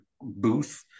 booth